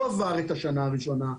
הוא עבר את השנה הראשונה,